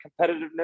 competitiveness